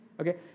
Okay